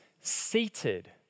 seated